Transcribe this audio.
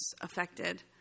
affected